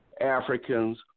Africans